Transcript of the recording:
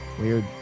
Weird